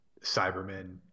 Cybermen